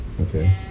Okay